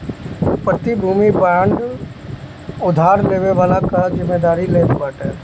प्रतिभूति बांड उधार लेवे वाला कअ जिमेदारी लेत बाटे